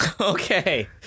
okay